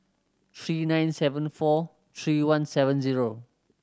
three nine seven four three one seven zero